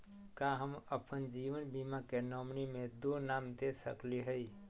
का हम अप्पन जीवन बीमा के नॉमिनी में दो नाम दे सकली हई?